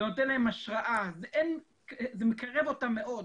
זה נותן להם השראה, זה מקרב אותם מאוד.